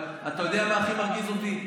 אבל אתה יודע מה הכי מרגיז אותי?